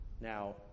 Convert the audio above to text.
Now